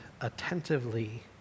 attentively